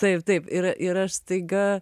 taip taip ir ir aš staiga